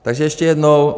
Takže ještě jednou.